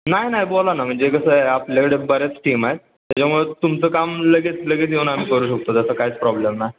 नाही नाही बोला ना म्हणजे कसं आहे आपल्याकडे बऱ्याच टीम आहेत त्याच्यामुळं तुमचं काम लगेच लगेच येऊन आम्ही करू शकतो त्याचा कायच प्रॉब्लेम नाही